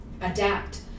adapt